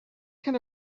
can